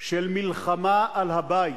של מלחמה על הבית.